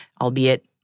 albeit